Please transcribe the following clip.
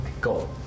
Go